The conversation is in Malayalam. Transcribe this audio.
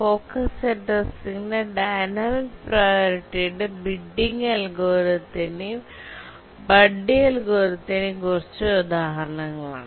ഫോക്കസ്ഡ് അഡ്രസ്സിംഗിന്റെ ഡൈനാമിക് പ്രിയോറിറ്റിയുടെ ബിഡ്ഡിംഗ് അൽഗോരിത്തിന്റെയും ബഡ്ഡി അൽഗോരിത്തിന്റെയും കുറച്ച് ഉദാഹരണങ്ങളാണ്